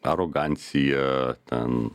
arogancija ten